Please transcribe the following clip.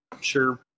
sure